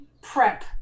prep